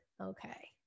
okay